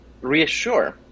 reassure